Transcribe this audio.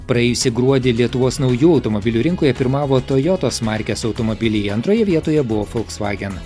praėjusį gruodį lietuvos naujų automobilių rinkoje pirmavo tojotos markės automobilyje antroje vietoje buvo volkswagen